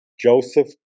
Joseph